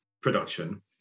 production